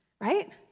right